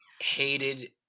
hated